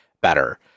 better